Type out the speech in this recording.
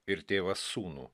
ir tėvas sūnų